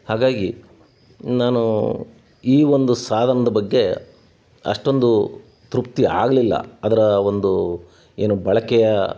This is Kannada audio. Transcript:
ಹಾಗಾಗಿ ನಾನು ಈ ಒಂದು ಸಾಧನದ ಬಗ್ಗೆ ಅಷ್ಟೊಂದು ತೃಪ್ತಿ ಆಗಲಿಲ್ಲ ಅದರ ಒಂದು ಏನು ಬಳಕೆಯ